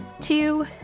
two